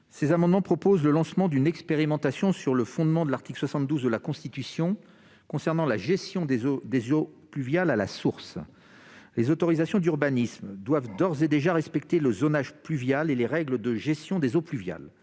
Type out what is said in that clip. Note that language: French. ces amendements proposent le lancement d'une expérimentation sur le fondement de l'article 72 de la Constitution, portant sur la gestion des eaux pluviales à la source. Les autorisations d'urbanisme doivent d'ores et déjà respecter le zonage pluvial et les règles de gestion des eaux pluviales.